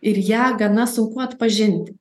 ir ją gana sunku atpažinti